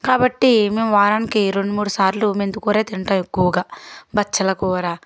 కాబట్టి మేము వారానికి రెండు మూడుసార్లు మెంతికూరే తింటాము ఎక్కువగా బచ్చల కూర